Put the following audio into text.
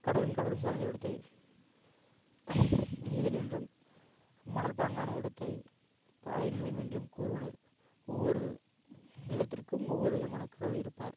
கடலும் கடலும் சார்ந்த இடத்தை நெய்தல் என்றும் மணல்பாங்கான இடத்தை பாலை நிலம் என்றும் கூறுவர் ஒவ்வொரு நிலத்திற்கும் ஒவ்வொரு விதமான கடவுள் இருப்பார்